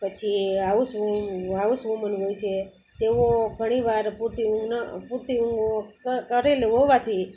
પછી house house woman હોય છે તેઓ ઘણી વાર પૂરતી ઊંઘ ન પૂરતી ઊંઘ કરેલ હોવાથી